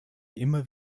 immer